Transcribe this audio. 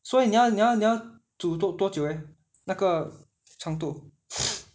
所以你要你要你要煮多多久那个程度